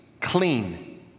Clean